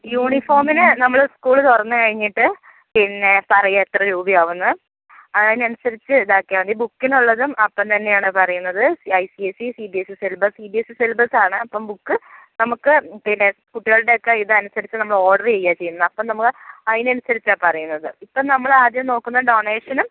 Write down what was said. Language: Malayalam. യൂണിഫോമിന് നമ്മൾ ഉസ്കൂള് തുറന്ന് കഴിഞ്ഞിട്ട് പിന്നെ പറയു എത്ര രൂപയാവും എന്ന് അതിനനുസരിച്ച് ഇതാക്കിയാൽ മതി ബുക്കിനൊള്ളതും അപ്പം തന്നെയാണ് പറയുന്നത് I C I C C B S E syllabus C B S E സിലബസാണ് അപ്പം ബുക്ക് നമുക്ക് പിന്നെ കുട്ടികൾടെയൊക്കെ ഇതനുസരിച്ച് നമ്മൾ ഓഡറ് ചെയ്യാ ചെയ്യുന്നത് അപ്പോൾ നമ്മൾ അതിനനുസരിച്ചാണ് പറയുന്നത് ഇപ്പോൾ നമ്മൾ ആദ്യം നോക്കുന്നത് ഡൊണേഷനും